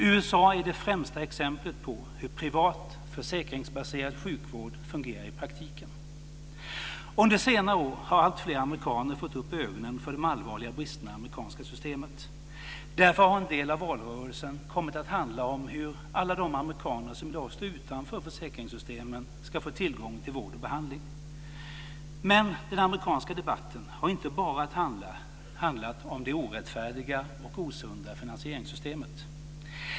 USA är det främsta exemplet på hur privat försäkringsbaserad sjukvård fungerar i praktiken. Under senare år har alltfler amerikaner fått upp ögonen för de allvarliga bristerna i det amerikanska systemet. Därför har en del av valrörelsen kommit att handla om hur alla de amerikaner som i dag står utanför försäkringssystemen ska få tillgång till vård och behandling. Men den amerikanska debatten har inte bara handlat om det orättfärdiga och osunda finansieringssystemet.